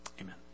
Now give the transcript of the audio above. Amen